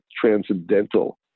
transcendental